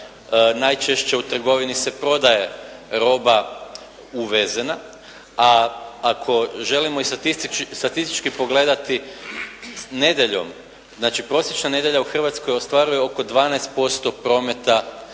najčešće u trgovini se prodaje roba uvezena, a ako želimo i statistički pogledati nedjeljom, znači prosječna nedjelja u Hrvatskoj ostvaruje oko 12% prometa